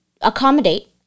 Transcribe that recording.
accommodate